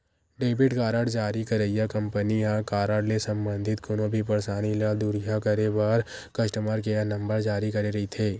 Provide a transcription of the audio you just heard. debit card जारी करइया company ह कारड ले संबंधित कोनो भी परसानी ल दुरिहा करे बर कस्टमर केयर नंबर जारी करे रहिथे